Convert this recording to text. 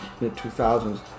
mid-2000s